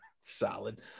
solid